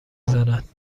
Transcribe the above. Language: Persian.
زند